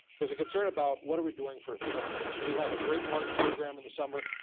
there's a concern about what are we doing for the summer camp so we have a great parks program in the summer,